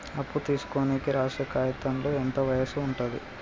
అప్పు తీసుకోనికి రాసే కాయితంలో ఎంత వయసు ఉంటది?